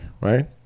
right